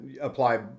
apply